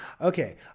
Okay